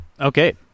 okay